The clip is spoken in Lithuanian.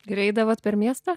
ir eidavot per miestą